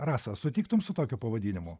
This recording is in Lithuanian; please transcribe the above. rasa sutiktum su tokiu pavadinimu